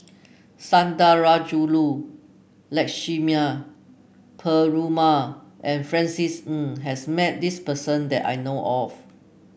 Sundarajulu Lakshmana Perumal and Francis Ng has met this person that I know of